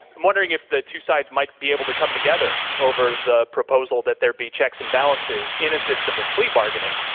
i'm wondering if the two sides might be able to come together over the proposal that there be checks and balances in a system of plea barring,